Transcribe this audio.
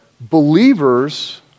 Believers